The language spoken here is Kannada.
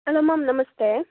hello ma'am namaste